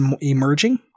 emerging